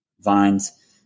vines